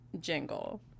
jingle